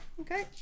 Okay